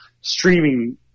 streaming